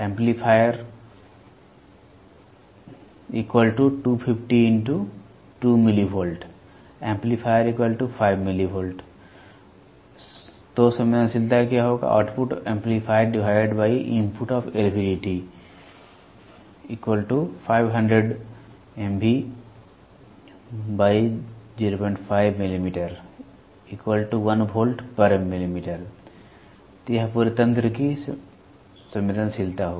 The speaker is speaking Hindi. एम्पलीफायर 250 × 2mv एम्पलीफायर 500 mV संवेदनशीलता यह पूरे तंत्र की संवेदनशीलता होगी